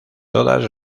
todas